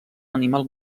animal